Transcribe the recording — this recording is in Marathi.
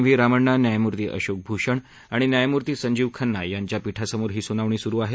व्ही रामण्णा न्यायमूर्ती अशोक भूषण आणि न्यायमूर्ती संजीव खन्ना यांच्या पीठांसमोर ही सुनावणी सुरु आहे